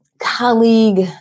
colleague